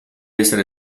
essere